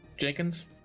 Jenkins